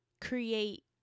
create